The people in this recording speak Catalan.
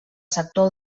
sector